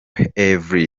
herve